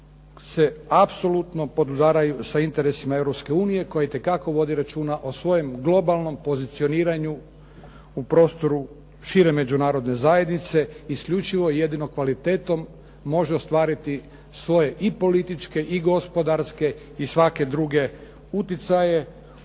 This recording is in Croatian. se apsolutno podudaraju sa interesima Europske unije koja itekako vodi računa o svojem globalnom pozicioniranju u prostoru šire Međunarodne zajednice, isključivo i jedino kvalitetom može ostvariti svoje i političke i gospodarske i svake druge uticaje